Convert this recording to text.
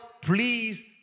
please